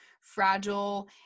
fragile